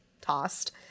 tossed